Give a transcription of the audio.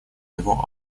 его